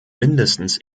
mindestens